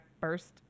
first